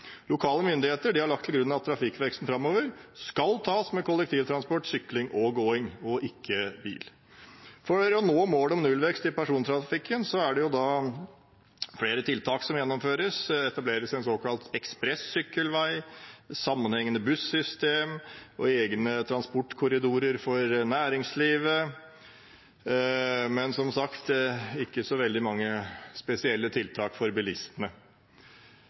Lokale myndigheter har lagt til grunn at trafikkveksten framover skal tas med kollektivtransport, sykling og gåing, og ikke bil. For å nå målet om nullvekst i personbiltrafikken er det flere tiltak som gjennomføres. Det etableres en såkalt sykkelekspressvei, sammenhengende bussystem og egne transportkorridorer for næringslivet, men som sagt ikke så veldig mange spesielle tiltak for bilistene.